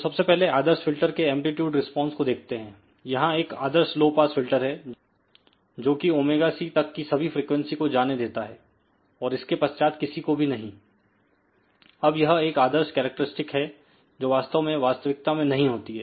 तो सबसे पहले आदर्श फिल्टर के एंप्लीट्यूड रिस्पांसको देखते हैं यहां एक आदर्श लो पास फिल्टर है जोकि ωc तक की सभी फ्रीक्वेंसी को जाने देता है और इसके पश्चात किसी को भी नहीं अब यह एक आदर्श कैरेक्टरस्टिक है जो वास्तव में वास्तविकता में नहीं होती है